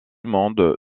monde